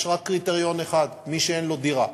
יש רק קריטריון אחד: מי שאין לו דירה,